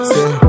Say